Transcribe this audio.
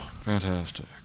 Fantastic